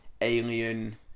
Alien